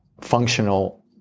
functional